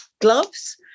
gloves